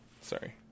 Sorry